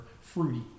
fruity